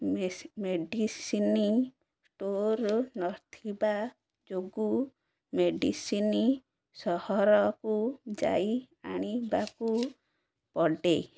Messi medicine store ନଥିବା ଯୋଗୁଁ medicine ସହରକୁ ଯାଇ ଆଣିବାକୁ ପଡ଼େ